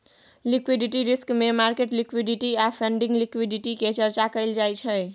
liquidity risk मे market liquidity आ funding liquidity के चर्चा कएल जाइ छै